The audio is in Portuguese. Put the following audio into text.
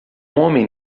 homem